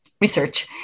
research